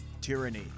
Tyranny